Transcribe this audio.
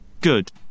Good